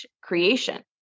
creation